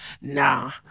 Nah